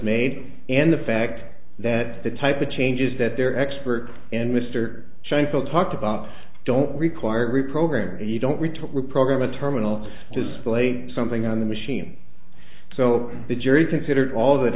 made and the fact that the type of changes that their expert and mr shameful talked about don't require reprogramming you don't need to reprogram a terminal display something on the machine so the jury considered all that